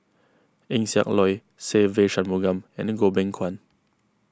Eng Siak Loy Se Ve Shanmugam and Goh Beng Kwan